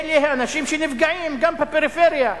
אלה האנשים שנפגעים, גם בפריפריה,